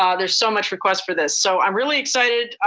ah there's so much request for this. so i'm really excited.